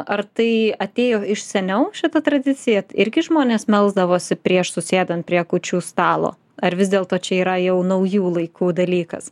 ar tai atėjo iš seniau šita tradicija irgi žmonės melsdavosi prieš susėdant prie kūčių stalo ar vis dėlto čia yra jau naujų laikų dalykas